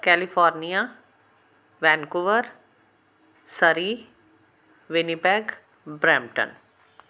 California Vancouver Surrey Winnipeg Brampton